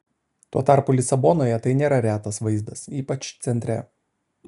tuo tarpu lisabonoje tai nėra retas vaizdas ypač centre